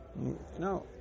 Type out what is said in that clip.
No